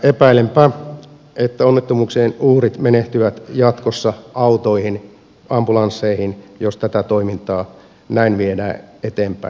epäilenpä että onnettomuuksien uhrit menehtyvät jatkossa autoihin ambulansseihin jos tätä toimintaa näin viedään eteenpäin